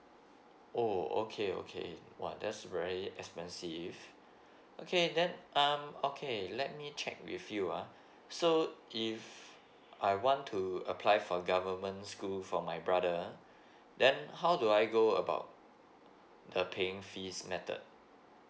oh okay okay what that's very expensive okay then um okay let me check with you uh so if I want to apply for government school for my brother then how do I go about the paying fees method